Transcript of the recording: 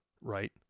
right